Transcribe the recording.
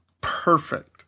perfect